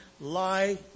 lie